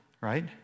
right